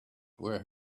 where